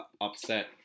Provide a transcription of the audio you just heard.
upset